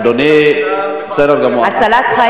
אדוני היושב-ראש, הזמן שלנו יקר, אדוני היושב-ראש.